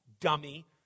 dummy